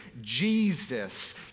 Jesus